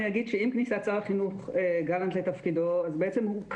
אני אגיד שעם כניסת שר החינוך גלנט לתפקיד הוא קבע